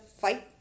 fight